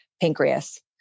pancreas